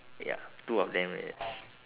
ya two of them yes